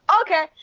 okay